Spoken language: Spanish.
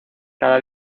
cada